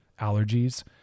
allergies